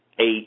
eight